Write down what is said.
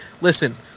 Listen